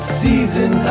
season